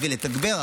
בשביל לתגבר,